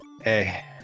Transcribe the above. Hey